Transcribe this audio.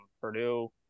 Purdue